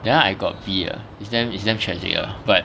that [one] I got B ah is damn is damn tragic lah but